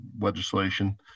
legislation